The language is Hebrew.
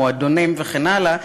מועדונים וכן הלאה,